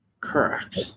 Correct